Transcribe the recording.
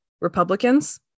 Republicans